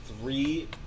three